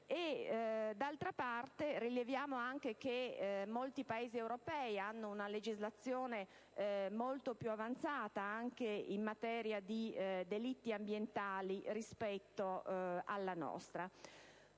D'altra parte rileviamo anche che molti Paesi europei hanno una legislazione molto più avanzata della nostra, anche in materia di delitti ambientali. Il nostro